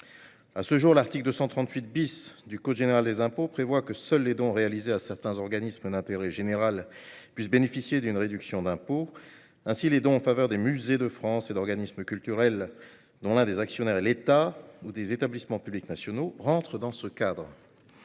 À ce jour, l'article 238 du code général des impôts dispose que seuls les dons destinés à certains organismes d'intérêt général peuvent bénéficier d'une réduction d'impôt. Les dons en faveur des musées de France et d'organismes culturels dont l'un des actionnaires est l'État ou des établissements publics nationaux entrent ainsi dans ce cadre.